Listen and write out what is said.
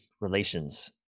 relations